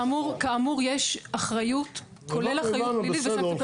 כאמור, יש אחריות, כולל אחריות פלילית וסנקציות.